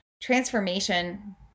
transformation